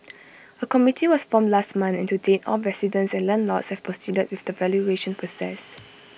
A committee was formed last month and to date all residents and landlords have proceeded with the valuation process